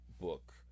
book